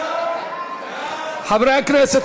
חברי הכנסת,